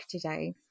today